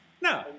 no